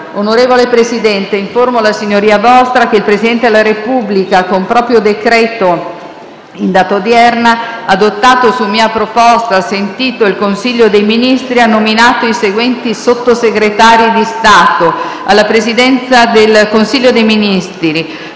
Onorevole Presidente, informo la S.V. che il Presidente della Repubblica, con proprio decreto in data odierna, adottato su mia proposta, sentito il Consiglio dei Ministri, ha nominato i seguenti Sottosegretari di Stato: alla Presidenza del Consiglio dei Ministri: